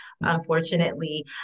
unfortunately